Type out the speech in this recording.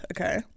okay